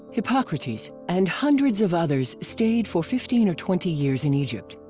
hippocrates, and hundreds of others stayed for fifteen or twenty years in egypt.